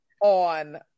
on